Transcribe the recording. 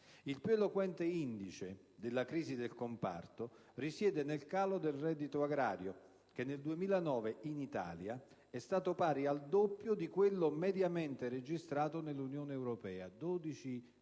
Il più eloquente indice della crisi del comparto risiede nel calo del reddito agrario, che nel 2009 in Italia è stato pari al doppio di quello mediamente registrato nell'Unione europea (12,5